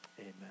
amen